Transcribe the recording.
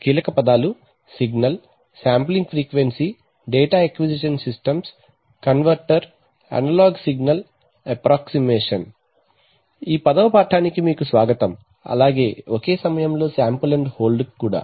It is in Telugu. కీలక పదాలు signal sampling frequency data acquisition systems converter analog signal approximation ఈ పదవ పాఠానికి మీకు స్వాగతం అలాగే ఒకే సమయంలో శాంపుల్ అండ్ హోల్డ్ కి కూడా